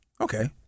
Okay